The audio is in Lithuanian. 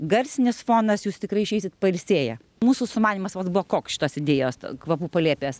garsinis fonas jūs tikrai išeisit pailsėję mūsų sumanymas vat buvo koks šitos idėjos kvapų palėpės